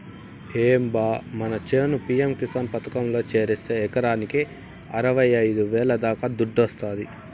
ఏం బా మన చేను పి.యం కిసాన్ పథకంలో చేరిస్తే ఎకరాకి అరవైఐదు వేల దాకా దుడ్డొస్తాది